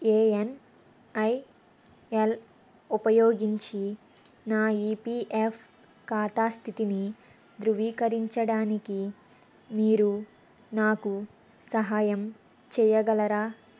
AN ఐ ఎల్ ఉపయోగించి నా ఈపీఎఫ్ ఖాతా స్థితిని ధృవీకరించడానికి మీరు నాకు సహాయం చెయ్యగలరా